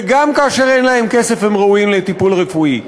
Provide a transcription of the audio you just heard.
וגם כאשר אין להם כסף הם ראויים לטיפול רפואי.